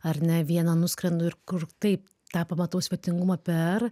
ar ne vieną nuskrendu ir kur taip tą pamatau svetingumą per